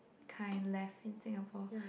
kind left in Singapore